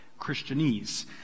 Christianese